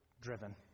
driven